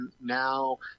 now